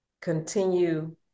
continue